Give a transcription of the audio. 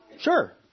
Sure